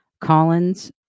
Collins